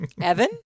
Evan